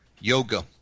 yoga